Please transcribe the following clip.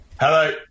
Hello